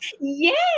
Yes